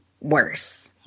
worse